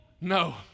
No